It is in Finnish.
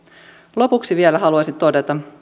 lopuksi vielä haluaisin todeta